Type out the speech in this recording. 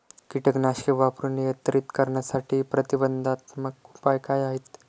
कीटकनाशके वापरून नियंत्रित करण्यासाठी प्रतिबंधात्मक उपाय काय आहेत?